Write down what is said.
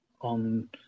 on